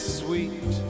sweet